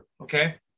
okay